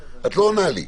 את לא עונה לי.